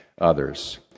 others